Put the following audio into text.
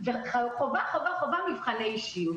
חובה מבחני אישיות.